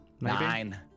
nine